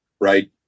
right